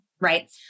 right